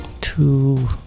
two